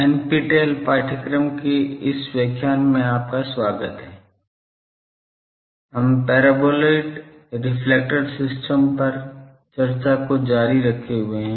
NPTEL पाठ्यक्रम के इस व्याख्यान में आपका स्वागत है हम परबोलॉइड रिफ्लेक्टर सिस्टम पर चर्चा को जारी रखे हुए हैं